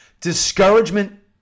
Discouragement